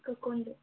କାକୁଣ୍ଡ